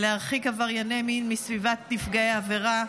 להרחיק עברייני מין מסביבת נפגעי העבירה.